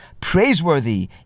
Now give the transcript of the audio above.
Praiseworthy